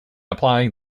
applying